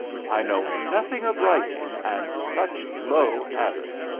i know nothing of writing and such low habits.